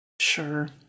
Sure